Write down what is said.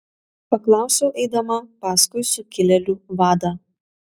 paklausiau eidama paskui sukilėlių vadą